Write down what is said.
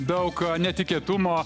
daug netikėtumo